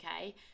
okay